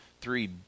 Three